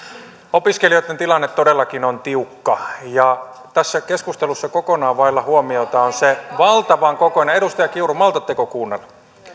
opiskelijoitten tilanne todellakin on tiukka ja tässä keskustelussa kokonaan vailla huomiota on se valtavan kokoinen edustaja kiuru maltatteko kuunnella